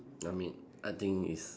I mean I think is